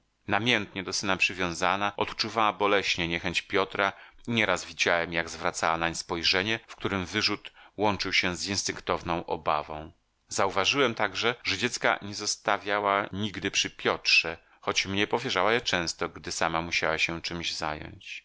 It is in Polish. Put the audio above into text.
namiętnie do syna przywiązana odczuwała boleśnie niechęć piotra i nieraz widziałem jak zwracała nań spojrzenie w którem wyrzut łączył się z instynktowną obawą zauważyłem także że dziecka nie zostawiała nigdy przy piotrze choć mnie powierzała je często gdy sama musiała się czemś zająć